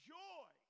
joy